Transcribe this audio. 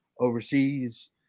overseas